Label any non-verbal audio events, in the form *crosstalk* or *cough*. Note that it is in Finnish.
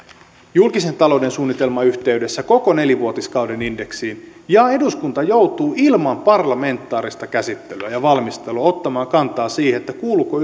julkisen talouden suunnitelman yhteydessä koko nelivuotiskauden indeksiin ja eduskunta joutuu ilman parlamentaarista käsittelyä ja valmistelua ottamaan kantaa siihen kuuluuko *unintelligible*